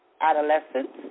adolescents